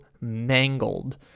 mangled